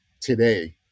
today